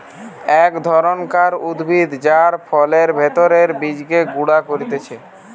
এক ধরণকার উদ্ভিদ যার ফলের ভেতরের বীজকে গুঁড়া করতিছে